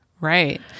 Right